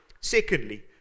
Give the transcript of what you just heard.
secondly